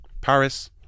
Paris